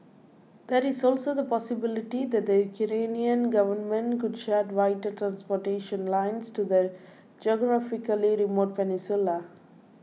that is also the possibility that the Ukrainian government could shut vital transportation lines to the geographically remote peninsula